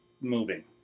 moving